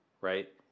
right